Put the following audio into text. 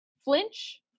Flinch